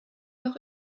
noch